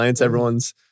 Everyone's